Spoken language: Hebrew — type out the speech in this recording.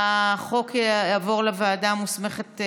החוק יעבור לוועדה המוסמכת,